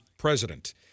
president